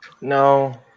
No